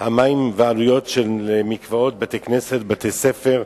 של עלויות המים למקוואות, בתי-כנסת, בתי-ספר,